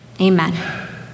amen